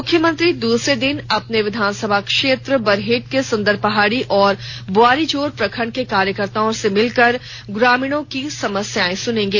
मुख्यमंत्री दूसरे दिन अपने विधानसभा क्षेत्र के बरहेट सुंदर पहाड़ी और बोआरीजोर प्रखंड के कार्यकर्ताओं से मिलकर ग्रामीणों की समस्या सुनेंगे